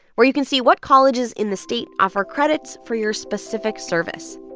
where you can see what colleges in the state offer credits for your specific service